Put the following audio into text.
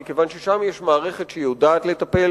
מכיוון ששם יש מערכת שיודעת לטפל